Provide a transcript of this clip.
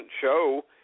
show